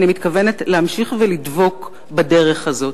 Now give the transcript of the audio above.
אני מתכוונת להמשיך ולדבוק בדרך הזאת.